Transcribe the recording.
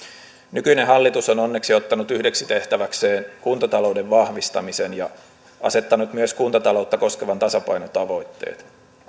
nykyinen hallitus on onneksi ottanut yhdeksi tehtäväkseen kuntatalouden vahvistamisen ja myös asettanut kuntataloutta koskevan tasapainon tavoitteet